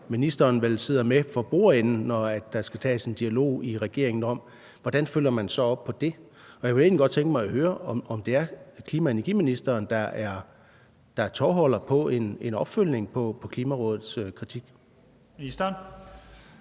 ministeren vel så sidder med for bordenden, når der skal tages en dialog i regeringen om, hvordan man så følger op på det. Og jeg kunne egentlig godt tænke mig at høre, om det er klima-, energi- og forsyningsministeren, der er tovholder på en opfølgning på Klimarådets kritik. Kl.